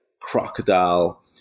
crocodile